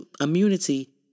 immunity